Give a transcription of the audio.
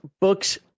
books